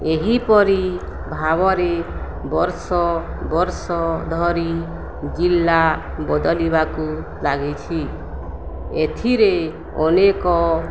ଏହିପରି ଭାବରେ ବର୍ଷ ବର୍ଷ ଧରି ଜିଲ୍ଲା ବଦଳିବାକୁ ଲାଗିଛି ଏଥିରେ ଅନେକ